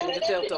ביקשנו,